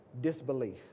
Disbelief